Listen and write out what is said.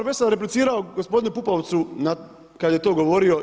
Već sam replicirao gospodinu Pupovcu kada je to govorio.